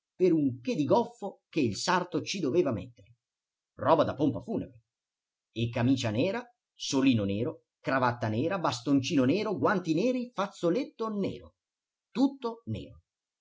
per un che di goffo che il sarto ci doveva mettere roba da pompa funebre e camicia nera solino nero cravatta nera bastoncino nero guanti neri fazzoletto nero tutto nero